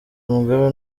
mugabe